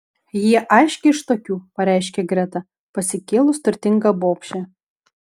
ji aiškiai iš tokių pareiškė greta pasikėlus turtinga bobšė